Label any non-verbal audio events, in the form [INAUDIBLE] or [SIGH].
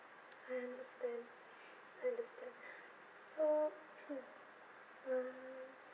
I understand understand [BREATH] so [NOISE] uh